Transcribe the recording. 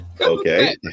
okay